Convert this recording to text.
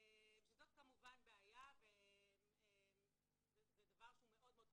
שזאת כמובן בעיה וזה דבר שהוא מאוד מאוד חשוב,